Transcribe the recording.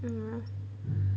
mm lah